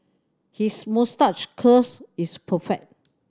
his moustache curls is perfect